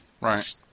Right